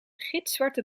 gitzwarte